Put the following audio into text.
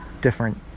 different